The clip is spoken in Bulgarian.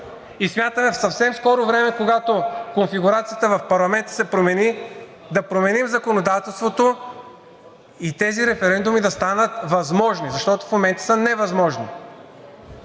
И съвсем в скоро време, когато конфигурацията в парламента се промени, да променим законодателството и тези референдуми да станат възможни, защото в момента са невъзможни.